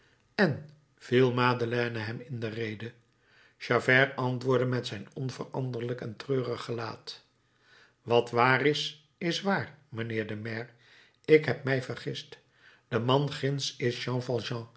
en viel madeleine hem in de rede javert antwoordde met zijn onveranderlijk en treurig gelaat wat waar is is waar mijnheer de maire ik heb mij vergist de man ginds is jean